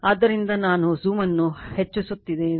ಆದ್ದರಿಂದ ನಾನು ಜೂಮ್ ಅನ್ನು ಹೆಚ್ಚಿಸುತ್ತೇನೆ